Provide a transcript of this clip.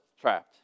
trapped